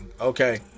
Okay